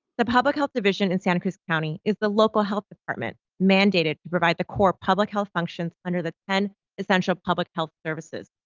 the public health division in santa cruz county is the local health department mandated to provide the core public health functions under the ten essential public health services.